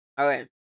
Okay